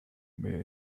mir